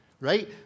right